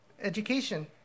education